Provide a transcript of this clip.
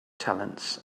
talents